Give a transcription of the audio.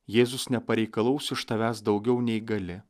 jėzus nepareikalaus iš tavęs daugiau nei gali